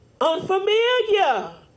Unfamiliar